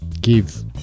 give